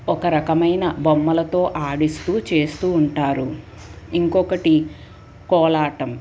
ఒక రకమైన బొమ్మలతో ఆడిస్తూ చేస్తూ ఉంటారు ఇంకొకటి కోలాటం